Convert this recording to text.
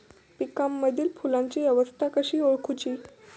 पिकांमदिल फुलांची अवस्था कशी ओळखुची?